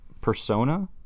persona